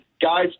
guys